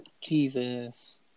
Jesus